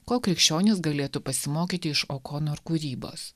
ko krikščionys galėtų pasimokyti iš okonor kūrybos